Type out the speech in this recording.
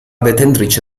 detentrice